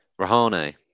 Rahane